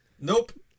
Nope